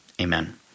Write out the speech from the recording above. Amen